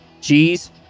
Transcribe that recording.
cheese